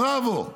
בראבו,